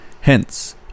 Hence